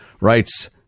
writes